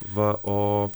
va o